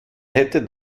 hätte